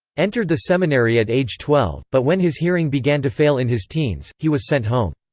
entered the seminary at age twelve, but when his hearing began to fail in his teens, he was sent home.